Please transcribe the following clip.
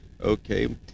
Okay